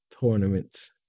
tournaments